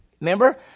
Remember